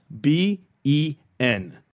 b-e-n